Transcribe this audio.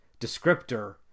descriptor